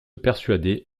persuadait